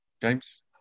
James